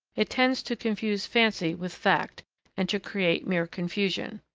it tends to confuse fancy with fact and to create mere confusion.